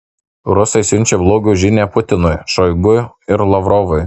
rusai siunčia blogą žinią putinui šoigu ir lavrovui